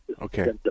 Okay